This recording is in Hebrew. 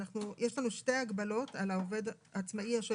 יש לנו שתי הגבלות על עצמאי השוהה